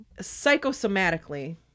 psychosomatically